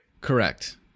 Correct